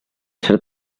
ser